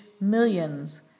millions